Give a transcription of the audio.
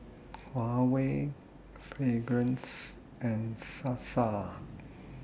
Huawei Fragrance and Sasa